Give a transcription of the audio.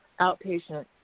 Outpatient